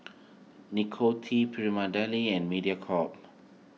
Nicorette Prima Deli and Mediacorp